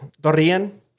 Dorian